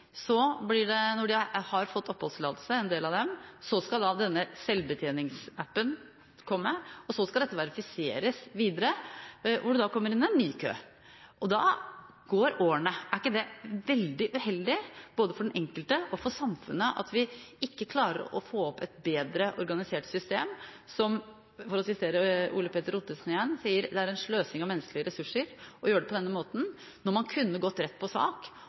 Så, når de har fått oppholdstillatelse, en del av dem, skal denne selvbetjeningsappen komme, og så skal dette verifiseres videre, hvor de da kommer inn i en ny kø. Og da går årene. Er det ikke veldig uheldig, både for den enkelte og for samfunnet, at vi ikke klarer å få opp et bedre organisert system? Og jeg viser igjen til Ole Petter Ottersen, som sier at det er en sløsing med menneskelige ressurser å gjøre det på denne måten når man kunne gått rett på sak